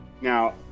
Now